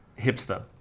hipster